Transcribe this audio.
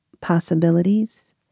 possibilities